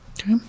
Okay